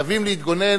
חייבים להתגונן,